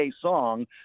song